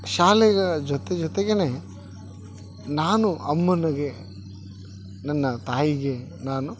ಶಾಲೆಯ ಜೊತೆ ಜೊತೆಗೆ ನಾನು ಅಮ್ಮನಿಗೆ ನನ್ನ ತಾಯಿಗೆ ನಾನು